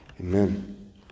Amen